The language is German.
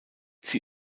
sie